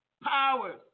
Powers